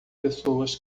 pessoas